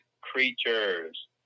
creatures